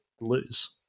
lose